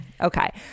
Okay